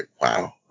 wow